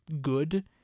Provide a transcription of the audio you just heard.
good